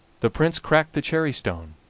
the prince cracked the cherry-stone,